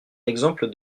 l’exemple